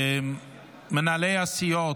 מנהלי הסיעות,